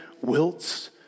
wilts